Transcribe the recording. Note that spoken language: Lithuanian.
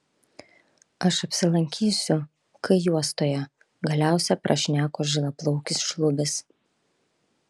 aš apsilankysiu k juostoje galiausia prašneko žilaplaukis šlubis